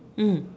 mm